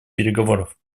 переговоров